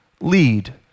lead